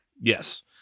Yes